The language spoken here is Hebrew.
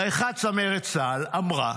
האחת, צמרת צה"ל, אמרה,